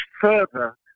further